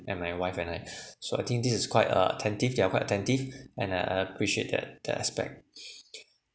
and my wife and I so I think this is quite uh attentive they are quite attentive and I I appreciate that that aspect